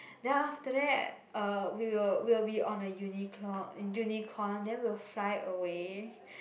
then after that uh we will we'll be on a uniclou~ in unicorn then we'll fly away